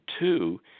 two